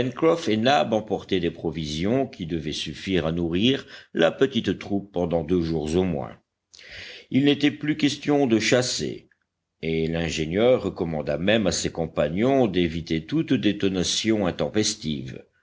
et nab emportaient des provisions qui devaient suffire à nourrir la petite troupe pendant deux jours au moins il n'était plus question de chasser et l'ingénieur recommanda même à ses compagnons d'éviter toute détonation intempestive